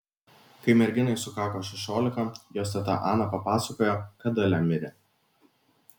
kai merginai sukako šešiolika jos teta ana papasakojo kad dalia mirė